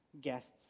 guests